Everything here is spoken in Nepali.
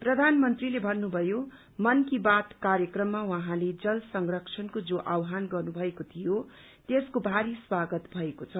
प्रधानमन्त्रीले भन्नुभयो मन की बात कार्यक्रममा उहाँले जल संरक्षणको जो आह्वान गर्नुभएको थियो त्यसको भारी स्वागत भएको छ